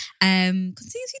Continuously